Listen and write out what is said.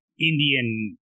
Indian